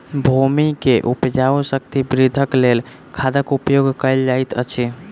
भूमि के उपजाऊ शक्ति वृद्धिक लेल खादक उपयोग कयल जाइत अछि